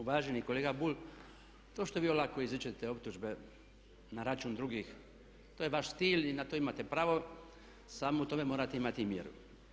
Uvaženi kolega Bulj, to što vi olako izričite optužbe na račun drugih to je vaš stil i na to imate pravo samo u tome morati imati mjeru.